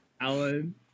Alan